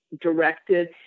directed